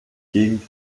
gegend